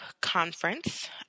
conference